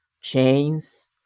chains